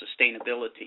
sustainability